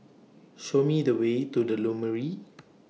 Show Me The Way to The Lumiere